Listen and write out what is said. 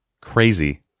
crazy